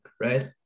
Right